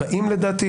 כ-40 לדעתי.